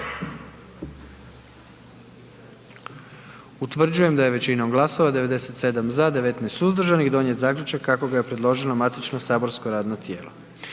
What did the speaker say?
Utvrđujem da je većinom glasova 97 za, 19 suzdržanih donijet zaključak kako je predložilo matično saborsko radno tijelo.